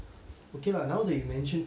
okay lah now that you mentioned COVID